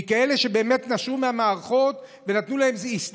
כי היא לאלה שבאמת נשרו מהמערכות ונתנו להם זו